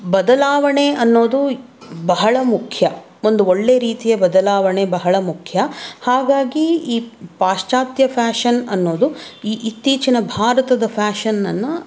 ಬದಲಾವಣೆ ಅನ್ನೋದು ಬಹಳ ಮುಖ್ಯ ಒಂದು ಒಳ್ಳೆ ರೀತಿಯ ಬದಲಾವಣೆ ಬಹಳ ಮುಖ್ಯ ಹಾಗಾಗಿ ಈ ಪಾಶ್ಚಾತ್ಯ ಫ್ಯಾಷನ್ ಅನ್ನೋದು ಈ ಇತ್ತೀಚಿನ ಭಾರತದ ಫ್ಯಾಷನನ್ನು